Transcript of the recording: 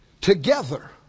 Together